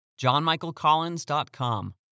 JohnMichaelCollins.com